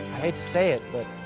hate to say it, but